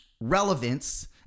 Relevance